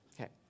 Okay